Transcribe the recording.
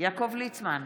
יעקב ליצמן,